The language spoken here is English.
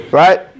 right